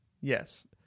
Yes